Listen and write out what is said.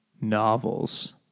novels